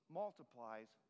multiplies